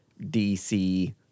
DC